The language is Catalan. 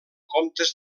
comptes